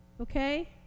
okay